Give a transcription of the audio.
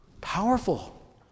Powerful